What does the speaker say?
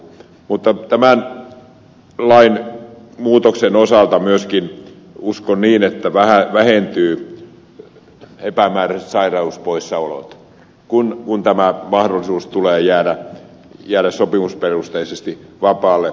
mutta tämän lainmuutoksen osalta uskon myöskin niin että vähentyvät epämääräiset sairauspoissaolot kun tulee tämä mahdollisuus jäädä sopimusperusteisesti vapaalle